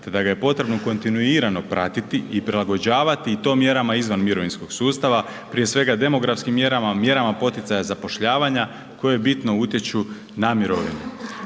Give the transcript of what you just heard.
te da ga je potrebno kontinuirano pratiti i prilagođavati i to mjerama izvan mirovinskog sustava, prije svega demografskim mjerama, mjerama poticaja zapošljavanja koje bitno utječu na mirovinu.